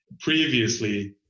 previously